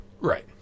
Right